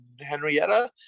henrietta